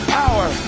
power